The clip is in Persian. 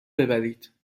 ببرید